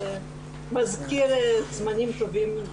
זה מזכיר זמנים טובים.